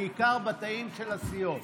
בעיקר בתאים של הסיעות,